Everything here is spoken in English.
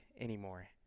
anymore